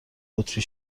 بطری